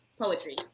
poetry